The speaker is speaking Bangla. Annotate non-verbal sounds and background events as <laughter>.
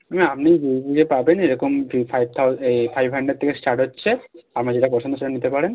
না আপনি <unintelligible> পাবেন এরকম ফাইভ থাউ এই ফাইভ হানড্রেড থেকে স্টার্ট হচ্ছে আপনার যেটা পছন্দ সেটা নিতে পারেন